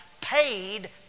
paid